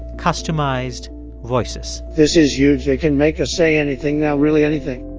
customized voices this is huge. they can make us say anything now really, anything